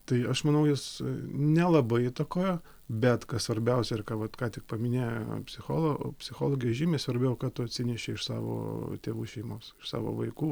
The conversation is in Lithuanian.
tai aš manau jis nelabai įtakojo bet kas svarbiausia ir ką vat ką tik paminėjo psicholo psichologei žymiai svarbiau ką tu atsineši iš savo tėvų šeimos iš savo vaikų